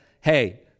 Hey